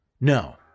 No